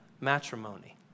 matrimony